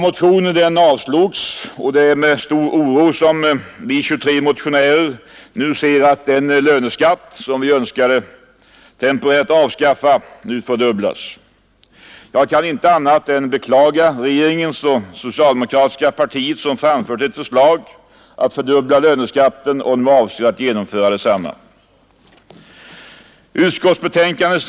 Motionen avslogs, och det är med stor oro vi 23 motionärer nu ser att den löneskatt som vi önskade temporärt avskaffa skall fördubblas. Jag kan inte annat än beklaga att regeringen och det socialdemokratiska partiet framfört ett förslag att fördubbla löneskatten och även avser att genomdriva detsamma.